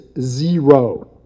zero